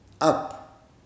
up